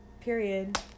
Period